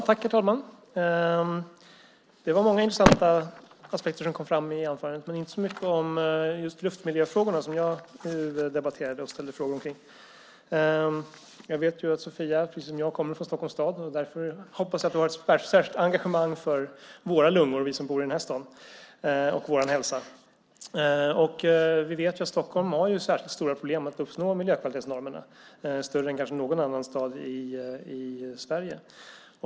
Herr talman! Det var många intressanta aspekter som kom fram i anförandet men inte så mycket om just luftmiljöfrågorna, som jag debatterade och ställde frågor omkring. Jag vet att Sofia, precis som jag, kommer från Stockholms stad. Därför hoppas jag att du har ett särskilt engagemang för våra lungor, för oss som bor i den här staden och vår hälsa. Vi vet att Stockholm har särskilt stora problem med att uppnå miljökvalitetsnormerna. Stockholm har kanske större problem än någon annan stad i Sverige.